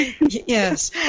Yes